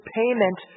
payment